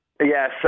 Yes